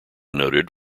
noted